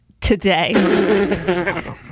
today